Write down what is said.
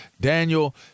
Daniel